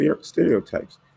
stereotypes